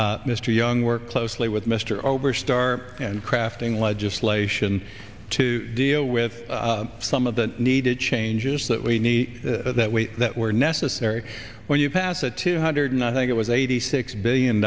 young mr young worked closely with mr oberstar and crafting legislation to deal with some of the needed changes that we need that were necessary when you pass a two hundred and i think it was eighty six billion